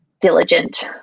diligent